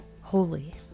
holy